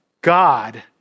God